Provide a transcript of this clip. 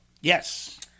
Yes